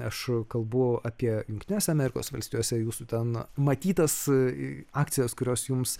aš kalbu apie jungtines amerikos valstijose jūsų ten matytas akcijas kurios jums